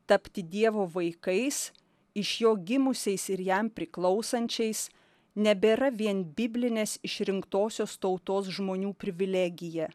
tapti dievo vaikais iš jo gimusiais ir jam priklausančiais nebėra vien biblinės išrinktosios tautos žmonių privilegija